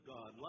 God